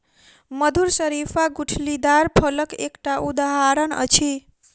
मधुर शरीफा गुठलीदार फलक एकटा उदहारण अछि